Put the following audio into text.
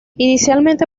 inicialmente